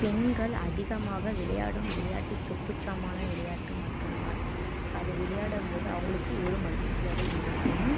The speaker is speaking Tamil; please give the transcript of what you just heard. பெண்கள் அதிகமாக விளையாடும் விளையாட்டு சொப்பு சாமான விளையாட்டு மற்றும் தான் அது விளையாடும் போது அவங்களுக்கு ஒரு மகிழ்ச்சியாக இருக்கும்